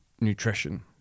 nutrition